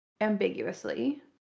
ambiguously